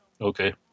Okay